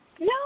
No